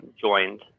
joined